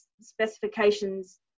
specifications